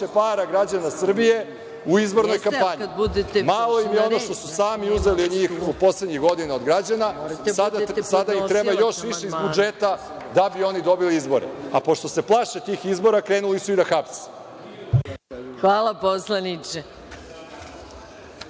para građana Srbije u izbornoj kampanji. Malo im je ono što su sami uzeli poslednjih godina od građana, sad im treba još više iz budžeta da bi oni dobili izbore. A pošto se plaše tih izbora, krenuli su i da hapse. **Maja Gojković**